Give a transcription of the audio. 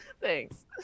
thanks